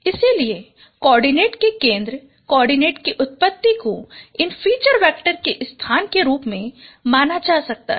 इसलिए कोआर्डिनेट के केंद्र कोआर्डिनेट की उत्पत्ति को इन फीचर वैक्टर के एक साधन के रूप में माना जा सकता है